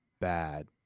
bad